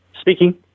Speaking